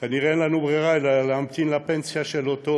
כנראה אין לנו ברירה אלא להמתין לפנסיה של אותו